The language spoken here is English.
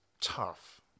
tough